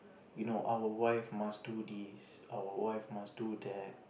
you know our wife must do this our wife must do that